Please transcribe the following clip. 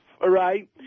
right